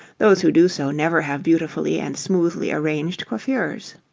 those who do so never have beautifully and smoothly arranged coiffures.